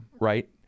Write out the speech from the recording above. Right